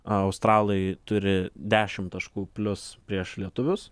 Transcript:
australai turi dešim taškų plius prieš lietuvius